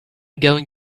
going